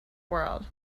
world